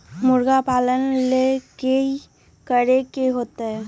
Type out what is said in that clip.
मुर्गी पालन ले कि करे के होतै?